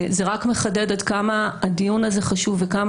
זה רק מחדד עד כמה הדיון הזה חשוב וכמה